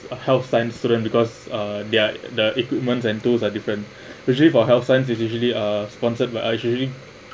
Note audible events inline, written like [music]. a health science student because uh their the equipment and tools are different [breath] usually for health sciences they usually uh sponsored by uh actually